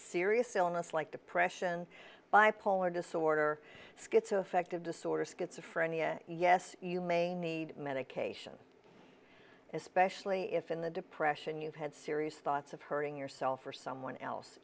serious illness like depression bipolar disorder schizoaffective disorder schizophrenia yes you may need medication especially if in the depression you've had serious thoughts of hurting yourself or someone else